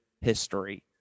history